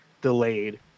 delayed